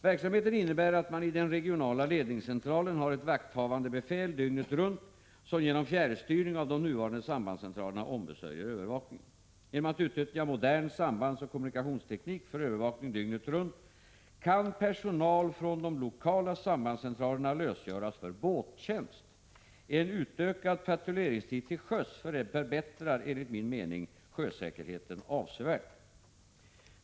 Verksamheten innebär att man i den regionala ledningscentralen har ett vakthavande befäl dygnet runt som genom fjärrstyrning av de nuvarande sambandscentralerna ombesörjer övervakningen. Genom att utnyttja modern sambandsoch kommunikationsteknik för övervakning dygnet runt kan personal från de lokala sambandscentralerna lösgöras för båttjänst. En utökad patrulleringstid till sjöss förbättrar enligt min mening sjösäkerheten avsevärt.